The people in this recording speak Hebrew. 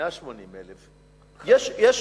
180,000. יש 100,000